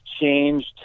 changed